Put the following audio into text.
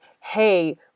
hey